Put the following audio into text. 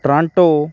Toronto